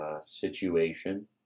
situation